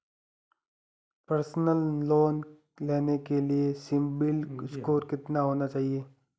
Personal loan लेने के लिए सिबिल स्कोर कितना होना चाहिए?